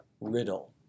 riddle